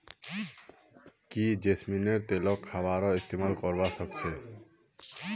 की जैस्मिनेर तेलक खाबारो इस्तमाल करवा सख छ